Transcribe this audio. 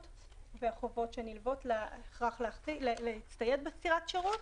והחובות שנלוות בהכרח להצטייד בסירת שירות.